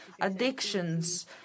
addictions